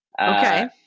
Okay